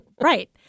Right